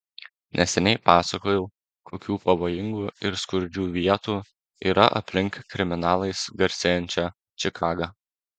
neseniai pasakojau kokių pavojingų ir skurdžių vietų yra aplink kriminalais garsėjančią čikagą